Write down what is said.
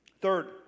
Third